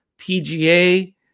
PGA